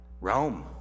Rome